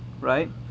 right